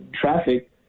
traffic